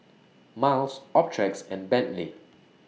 Miles Optrex and Bentley